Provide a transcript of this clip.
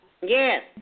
yes